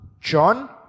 John